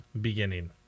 beginning